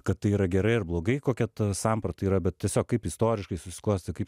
kad tai yra gerai ar blogai kokia ta samprata yra bet tiesiog kaip istoriškai susiklostė kaip